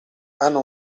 hanno